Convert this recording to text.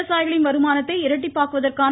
விவசாயிகளின் வருமானத்தை இரட்டிப்பாக்குவதற்கான